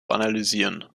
analysieren